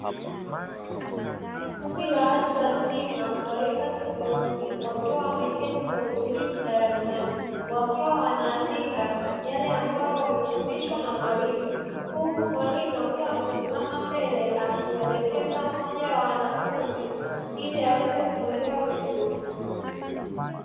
Kundi la watu wazima wa rika tofauti, wakiwa wameketi kwa utulivu darasani, wakiwa wanaandika yale ambayo, wamefundishwa na mwalimu. Huku mwalimu akiwa amesimama mbele, akimwelekeza mmoja wa wanafunzi ili aweze kumuelewa vizuri.